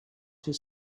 his